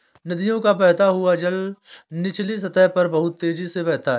नदियों का बहता हुआ जल निचली सतह पर बहुत तेजी से बहता है